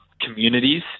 communities